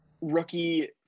rookie